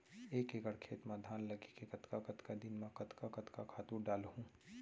एक एकड़ खेत म धान लगे हे कतका कतका दिन म कतका कतका खातू डालहुँ?